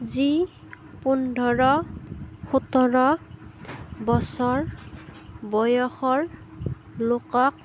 যি পোন্ধৰ সোতৰ বছৰ বয়সৰ লোকক